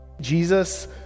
Jesus